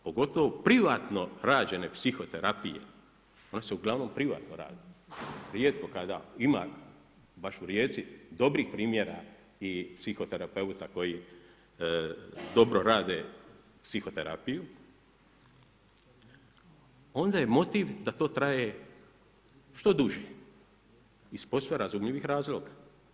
Motiv pogotovo privatne terapije ona se uglavnom privatno radi, rijetko kada ima baš u Rijeci dobrih primjera i psihoterapeuta koji dobro rade psihoterapiju, onda je motiv da to traje što duže iz posve razumljivih razloga.